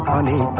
money